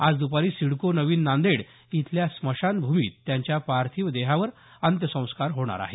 आज दुपारी सिडको नवीन नांदेड इथल्या स्मशान भूमीत त्यांच्या पार्थिव देहावर अंत्यसंस्कार होणार आहेत